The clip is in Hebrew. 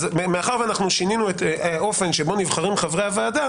מאחר ששינינו את האופן שבו נבחרים חברי הוועדה,